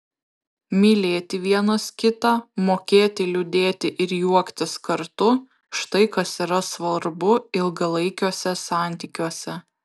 mylėti vienas kitą mokėti liūdėti ir juoktis kartu štai kas yra svarbu ilgalaikiuose santykiuose